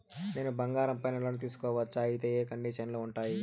నేను బంగారం పైన లోను తీసుకోవచ్చా? అయితే ఏ కండిషన్లు ఉంటాయి?